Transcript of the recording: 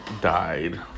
died